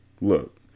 Look